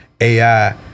ai